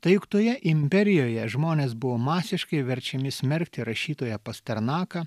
tai juk toje imperijoje žmonės buvo masiškai verčiami smerkti rašytoją pasternaką